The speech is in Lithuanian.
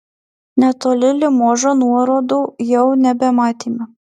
netoli limožo nuorodų jau nebematėme